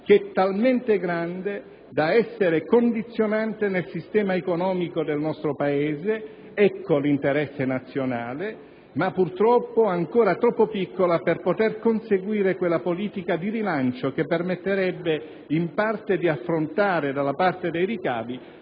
che è talmente grande da essere condizionante nel sistema economico del nostro Paese» - ecco l'interesse nazionale - «ma purtroppo ancora troppo piccola per poter conseguire quella politica di rilancio che permetterebbe in parte di affrontare dalla parte dei ricavi